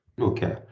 Okay